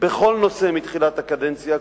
בכל נושא מתחילת הקדנציה,